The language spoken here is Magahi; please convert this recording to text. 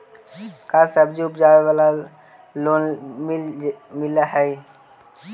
का सब्जी उपजाबेला लोन मिलै हई?